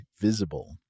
Visible